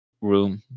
room